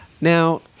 Now